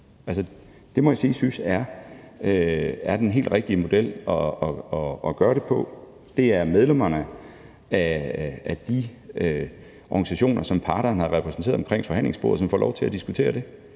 Det må jeg sige at jeg synes er den helt rigtige model at gøre det efter. Det er medlemmerne af de organisationer, som er repræsenteret ved forhandlingsbordet, som får lov til at diskutere det